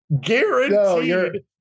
Guaranteed